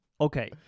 okay